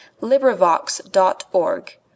LibriVox.org